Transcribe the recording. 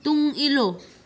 ꯇꯨꯡ ꯏꯜꯂꯨ